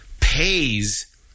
pays